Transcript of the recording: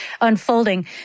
unfolding